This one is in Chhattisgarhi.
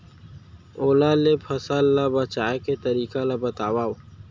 ओला ले फसल ला बचाए के तरीका ला बतावव?